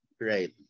Right